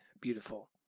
Beautiful